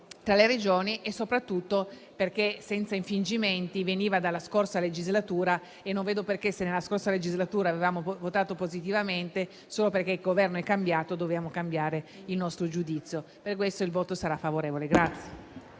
nelle Regioni e soprattutto perché, senza infingimenti, veniva dalla passata legislatura e non vedo perché, se nella passata legislatura avevamo votato positivamente, solo perché il Governo è cambiato dobbiamo cambiare il nostro giudizio. Per questo il nostro voto sarà favorevole.